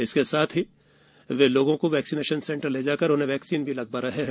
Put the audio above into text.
इसके साथ ही वे लोगों को वैक्सीनेशन सेंटर ले जाकर उन्हें वैक्सीन भी लगवा रहे हैं